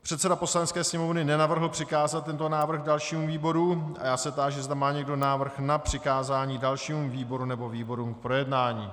Předseda Poslanecké sněmovny nenavrhl přikázat tento návrh dalšímu výboru a já se táži, zda má někdo návrh na přikázání dalšímu výboru nebo výborům k projednání.